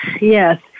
Yes